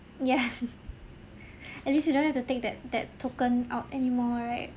yeah at least you don't have to take that that token out anymore right